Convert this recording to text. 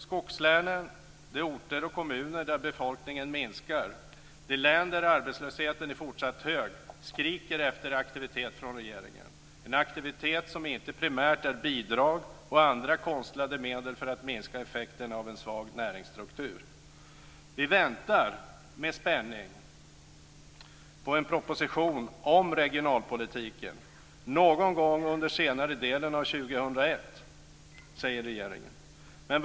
Skogslänen, de orter och kommuner där befolkningen minskar, de län där arbetslösheten är fortsatt hög, skriker efter aktivitet från regeringen - en aktivitet som inte primärt är bidrag och andra konstlade medel för att minska effekterna av en svag näringsstruktur. Vi väntar med spänning på en proposition om regionalpolitiken. Den ska komma någon gång under senare delen av 2001, säger regeringen.